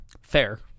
Fair